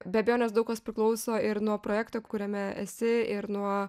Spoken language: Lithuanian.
be abejonės daug kas priklauso ir nuo projekto kuriame esi ir nuo